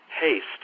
haste